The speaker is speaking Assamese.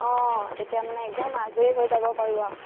অঁ তেতিয়া মানে একদম আজৰি হৈ যাব পাৰোঁ আৰু